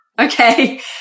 Okay